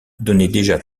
donnaient